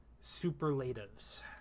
Superlatives